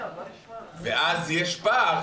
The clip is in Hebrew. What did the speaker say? ואז יש פער,